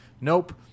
nope